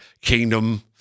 kingdom